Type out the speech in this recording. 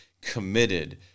committed